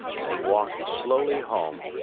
and he walked slowly home,